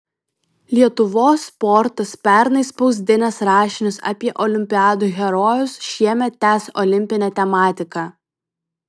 lietuvos sportas pernai spausdinęs rašinius apie olimpiadų herojus šiemet tęs olimpinę tematiką